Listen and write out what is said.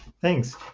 Thanks